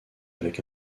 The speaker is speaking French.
avec